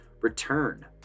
return